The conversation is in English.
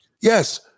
yes